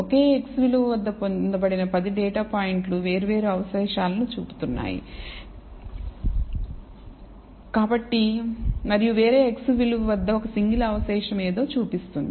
ఒకే x విలువ వద్ద పొందబడిన 10 డేటా పాయింట్లు వేర్వేరు అవశేషాలను చూపుతున్నాయి మరియు వేరే x విలువ వద్ద ఒక సింగిల్ అవశేషం ఏదో చూపిస్తుంది